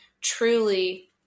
truly